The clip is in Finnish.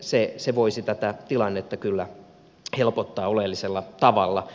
se voisi tätä tilannetta kyllä helpottaa oleellisella tavalla